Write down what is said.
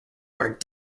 where